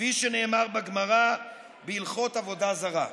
כפי שנאמר בגמרא בהלכות עבודה זרה.